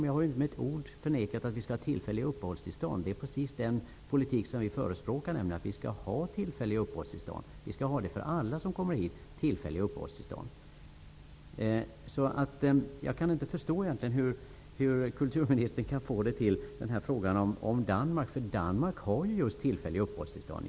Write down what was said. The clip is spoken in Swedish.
Jag har inte med ett ord förnekat att vi skall ge tillfälliga uppehållstillstånd. Det är precis den politik vi förespråkar. Vi skall ge tillfälliga uppehållstillstånd till alla som kommer hit. Jag kan därför egentligen inte förstå hur kulturministern i det här fallet resonerar i fråga om Danmark. Danmark ger ju just tillfälliga uppehållstillstånd.